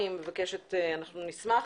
אנחנו נשמח,